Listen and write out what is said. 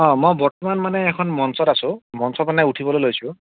অঁ মই বৰ্তমান মানে এখন মঞ্চত আছোঁ মঞ্চত মানে উঠিবলৈ লৈছোঁ